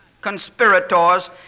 conspirators